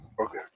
Okay